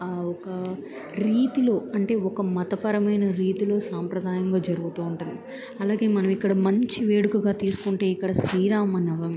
ఒక రీతిలో అంటే ఒక మతపరమైన రీతిలో సాంప్రదాయంగా జరుగుతూ ఉంటుంది అలాగే మనం ఇక్కడ మంచి వేడుకగా తీసుకుంటే ఇక్కడ శ్రీరామనవమి